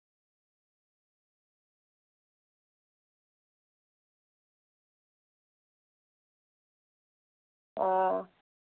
हां